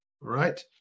right